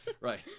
right